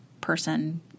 person